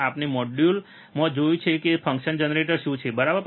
આપણે છેલ્લા મોડ્યુલોમાં જોયું છે કે ફંક્શન જનરેટર શું છે બરાબર